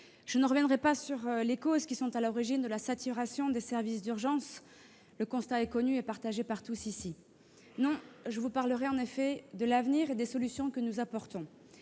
Je ne reviendrai pas sur les causes de la saturation des services d'urgence. Le constat est connu et partagé par tous ici. Je vous parlerai de l'avenir et des solutions que nous mettons